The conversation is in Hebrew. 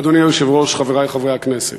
אדוני היושב-ראש, חברי חברי הכנסת,